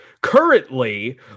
currently